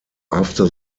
after